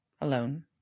alone